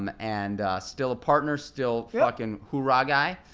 um and still a partner, still fuckin' hoo-rah guy.